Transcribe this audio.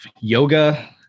yoga